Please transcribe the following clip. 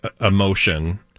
emotion